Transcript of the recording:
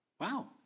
Wow